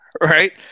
right